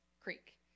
creek